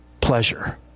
pleasure